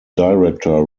director